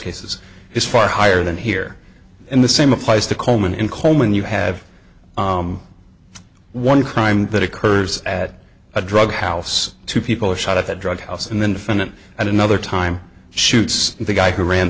cases is far higher than here in the same applies to coleman in coleman you have one crime that occurs at a drug house two people are shot at the drug house and then defendant and another time shoots the guy who ran